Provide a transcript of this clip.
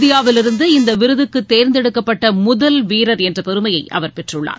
இந்தியாவிலிருந்து இந்த விருதுக்கு தேர்ந்தெடுக்கப்பட்ட முதல் வீரர் என்ற பெருமையை அவர் பெற்றுள்ளார்